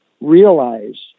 realize